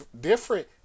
different